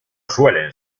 suelen